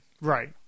Right